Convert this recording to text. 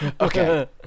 Okay